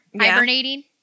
hibernating